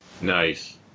Nice